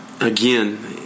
again